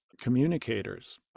communicators